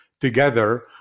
Together